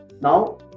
Now